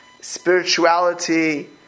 spirituality